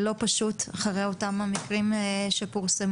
לא פשוט אחרי אותם מקרים שפורסמו,